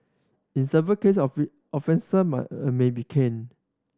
in severe case might may be caned